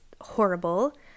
horrible